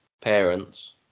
parents